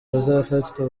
bazafatwa